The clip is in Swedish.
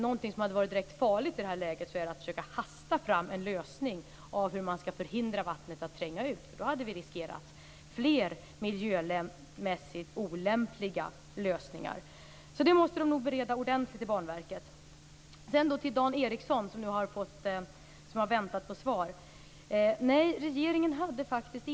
Något som hade varit direkt farligt i det här läget hade varit att försöka hasta fram en lösning av hur man skall förhindra vattnet att tränga ut. I så fall hade vi riskerat fler miljömässigt olämpliga lösningar. Den här frågan måste de nog bereda ordentligt i Banverket. Dan Ericsson har fått vänta på svar på sina frågor.